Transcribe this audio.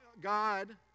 God